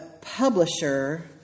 publisher